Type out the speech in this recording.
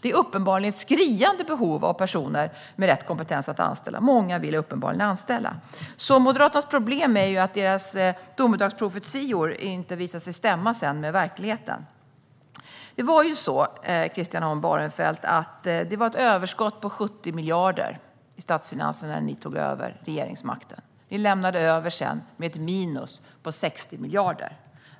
Det finns uppenbarligen ett skriande behov av personer med rätt kompetens; många vill uppenbarligen anställa. Moderaternas problem är alltså att deras domedagsprofetior inte visar sig stämma med verkligheten. Det var ju så, Christian Holm Barenfeld, att det var ett överskott i statsfinanserna på 70 miljarder när ni tog över regeringsmakten. Ni lämnade sedan över med ett minus på 60 miljarder.